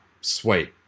sweet